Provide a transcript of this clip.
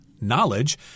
knowledge